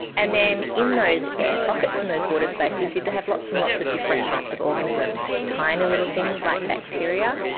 and then in those air pockets, in those water spaces you'd you'd have lots and lots of different types of organisms, tiny little things like bacteria.